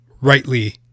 rightly